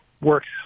works